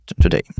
today